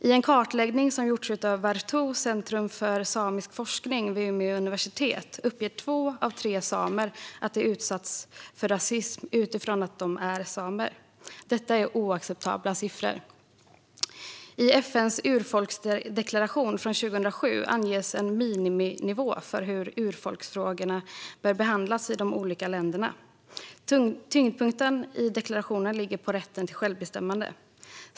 I en kartläggning som gjorts av Vaartoe - Centrum för samisk forskning vid Umeå universitet uppger två av tre samer att de utsatts för rasism utifrån att de är samer. Detta är oacceptabla siffor. I FN:s urfolksdeklaration från 2007 anges en miniminivå för hur urfolksfrågorna bör behandlas i de olika länderna. Tyngdpunkten i deklarationen ligger på rätten till självbestämmande.